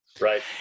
Right